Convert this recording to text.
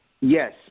Yes